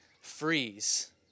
freeze